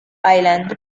island